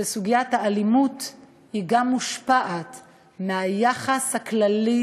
שסוגיית האלימות גם מושפעת מהיחס הכללי